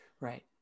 Right